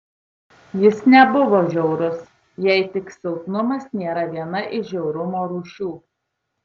jis nebuvo žiaurus jei tik silpnumas nėra viena iš žiaurumo rūšių